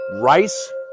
rice